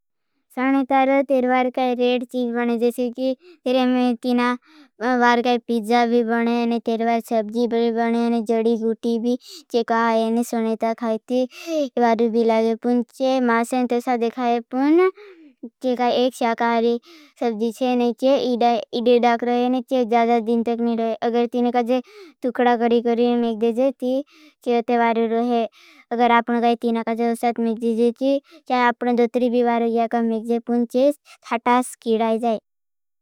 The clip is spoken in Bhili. सोनेतारों तेरे बार काई रेट चीज बने। जैसे की तेरे में तीना बार काई पीजा भी बने। और तेरे बार सबजी भी बने और जड़ी गुटी भी चेका आये। और सोनेता खायती वारु भी लागे पुंछे मासें तो साधे खाये। पुंछे काई एक शाकारी सबजी छे। और आपको उसे प्रसाद भी यहाँ देते लेते है। तो तो कि मैं एक प्रसाद की जड़ी रहाँ भी हैं। यहाँ तो जड़ी बहुत चूरि करें। जिसे ते तेरे बार काई चीज भी जड़ी में जैसे खाये पूंछे थाटास किड़ाए जैए।